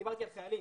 דיברתי על חיילים,